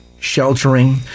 sheltering